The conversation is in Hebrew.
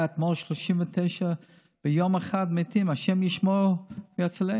אתמול היו 39 מתים ביום אחד, השם ישמור ויצילנו.